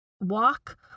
walk